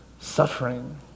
suffering